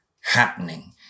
happening